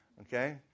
Okay